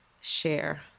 share